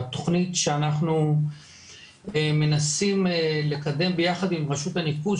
והתכנית שאנחנו מנסים לקדם יחד עם רשות הניקוז,